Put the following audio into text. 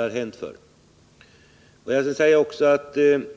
Vad beträffar frågan